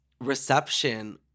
reception